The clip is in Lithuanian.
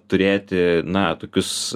turėti na tokius